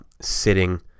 sitting